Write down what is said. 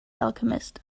alchemist